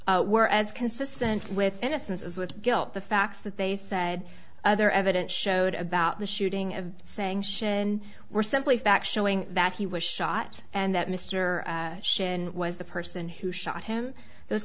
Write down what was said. were as consistent with innocence as with guilt the facts that they said other evidence showed about the shooting of saying shit and were simply fact showing that he was shot and that mr sharon was the person who shot him those